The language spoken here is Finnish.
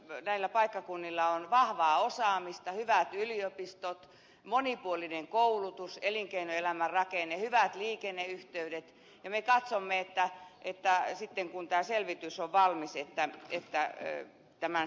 molemmilla näillä paikkakunnilla on vahvaa osaamista hyvät yliopistot monipuolinen koulutus elinkeinoelämän rakenne hyvät liikenneyhteydet ja me katsomme sitten kun tämä selvitys on valmis tämän sijoitusvaihtoehdon